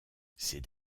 ces